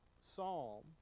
psalm